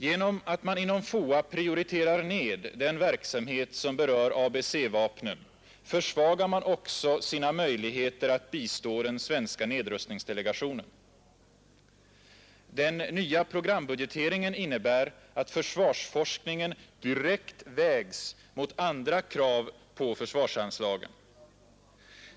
Genom att man inom FOA prioriterar ned den verksamhet som berör ABC-vapnen försvagar man också sina möjligheter att bistå den svenska nedrustningsdelegationen. Den nya programbudgeteringen innebär att försvarsforskningen direkt vägs mot andra krav på försvarsanslagen.